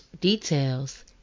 details